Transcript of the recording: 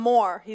More